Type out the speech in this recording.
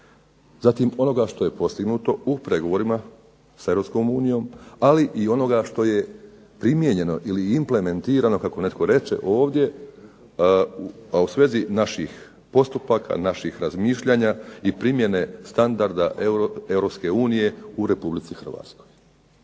zatim onoga što je postignuto u pregovorima sa EU, ali i onoga što je primijenjeno ili implementirano, kako je netko reče ovdje, a u svezi naših postupaka, naših razmišljanja i primjene standarda EU u RH.